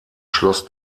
schloss